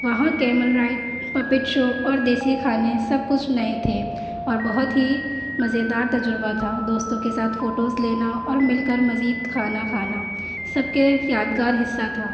وہاں camel ride puppet show اور دیسی کھانے سب کچھ نئے تھے اور بہت ہی مزیدار تجربہ تھا دوستوں کے ساتھ فوٹوز لینا اور مل کر مزید کھانا کھانا سب کے یادگار حصہ تھا